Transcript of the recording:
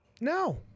no